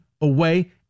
away